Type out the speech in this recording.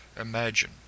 Imagine